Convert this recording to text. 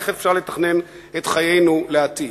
איך אפשר לתכנן את חיינו לעתיד?